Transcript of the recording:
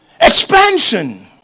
expansion